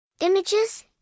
images